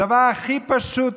הדבר הכי פשוט,